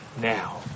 now